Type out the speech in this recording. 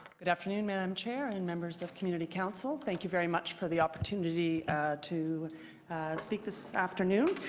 good afternoon madam chair and members of community council. thank you very much for the opportunity to speak this afternoon.